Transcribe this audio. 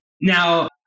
Now